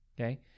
Okay